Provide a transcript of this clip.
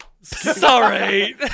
Sorry